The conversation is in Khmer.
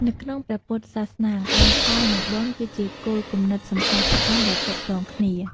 នៅក្នុងព្រះពុទ្ធសាសនា កម្មផល និង បុណ្យ គឺជាគោលគំនិតសំខាន់ៗដែលទាក់ទងគ្នា។